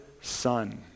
son